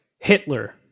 Hitler